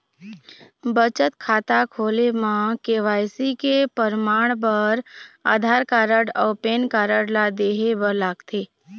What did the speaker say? बचत खाता खोले म के.वाइ.सी के परमाण बर आधार कार्ड अउ पैन कार्ड ला देहे बर लागथे